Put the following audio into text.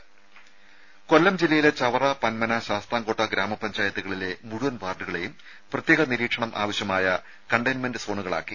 രുമ കൊല്ലം ജില്ലയിലെ ചവറ പന്മന ശാസ്താംകോട്ട ഗ്രാമ പഞ്ചായത്തുകളിലെ മുഴുവൻ വാർഡുകളേയും പ്രത്യേക നിരീക്ഷണം ആവശ്യമായ കണ്ടയിന്റ്മെന്റ് സോണുകളാക്കി